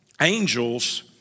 angels